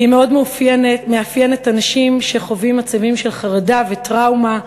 היא מאוד מאפיינת אנשים שחווים מצבים של חרדה וטראומה,